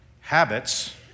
habits